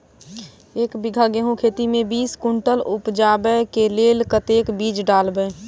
एक बीघा गेंहूँ खेती मे बीस कुनटल उपजाबै केँ लेल कतेक बीज डालबै?